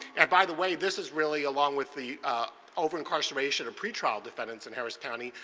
and by the way, this is really along with the over incarceration, pretrial defendants in harris county,